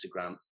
Instagram